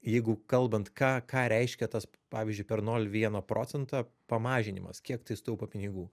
jeigu kalbant ką ką reiškia tas pavyzdžiui per nol vieną procentą pamažinimas kiek tai sutaupo pinigų